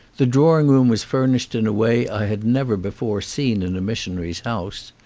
the drawing-room was furnished in a way i had never before seen in a missionary's house.